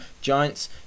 Giants